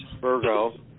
Virgo